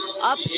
up